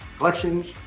elections